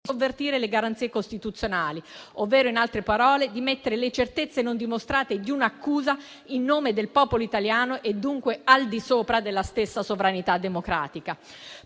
di sovvertire le garanzie costituzionali, ovvero, in altre parole, di mettere le certezze non dimostrate di un'accusa, in nome del popolo italiano, al di sopra della stessa sovranità democratica.